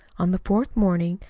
on the fourth morning,